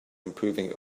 improving